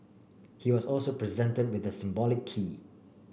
he was also presented with the symbolic key